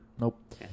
Nope